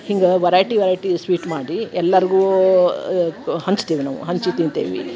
ಹಿಂಗೆ variety variety sweet ಮಾಡಿ ಎಲ್ಲರಿಗೂ ಹಂಚ್ತೇವೆ ನಾವು ಹಂಚಿ ತಿಂತೇವೆ